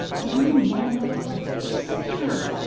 danny meadow mouse had disappeared!